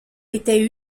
était